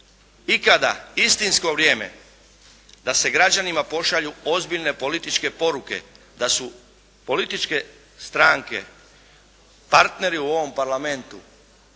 ikada istinsko vrijeme da se građanima pošalju ozbiljne političke poruke da su političke stranke partneri u ovom Parlamentu